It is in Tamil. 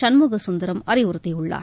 சண்முகசுந்தரம் அறிவுறுத்தியுள்ளார்